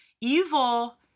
Evil